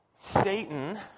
Satan